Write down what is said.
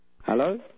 Hello